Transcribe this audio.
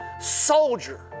soldier